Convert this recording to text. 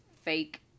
fake